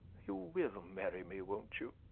you will marry me, won't you?